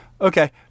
Okay